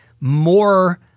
more